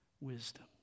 wisdom